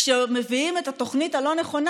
כשמביאים את התוכנית הלא-נכונה,